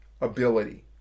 ability